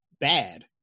bad